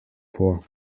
vor